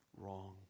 wrong